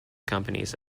companies